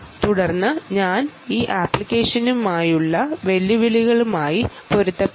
തുടർന്ന് ഞാൻ ഈ ആപ്ലിക്കേഷനായുള്ള വെല്ലുവിളികളുമായി പൊരുത്തപ്പെടും